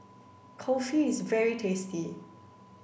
Kulfi is very tasty